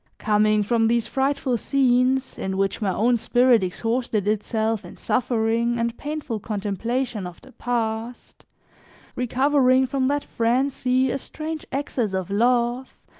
coming from these frightful scenes, in which my own spirit exhausted itself in suffering and painful contemplation of the past recovering from that frenzy, a strange access of love,